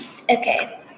Okay